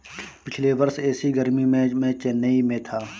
पिछले वर्ष ऐसी गर्मी में मैं चेन्नई में था